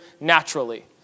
naturally